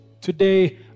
today